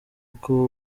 uko